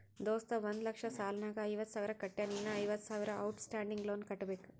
ದೋಸ್ತ ಒಂದ್ ಲಕ್ಷ ಸಾಲ ನಾಗ್ ಐವತ್ತ ಸಾವಿರ ಕಟ್ಯಾನ್ ಇನ್ನಾ ಐವತ್ತ ಸಾವಿರ ಔಟ್ ಸ್ಟ್ಯಾಂಡಿಂಗ್ ಲೋನ್ ಕಟ್ಟಬೇಕ್